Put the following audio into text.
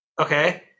okay